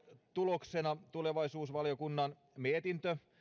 tuloksena tulevaisuusvaliokunnan mietintö